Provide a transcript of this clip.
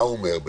מה הוא אומר?